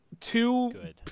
two